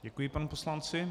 Děkuji panu poslanci.